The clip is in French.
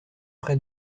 près